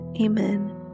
Amen